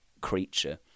creature